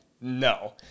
no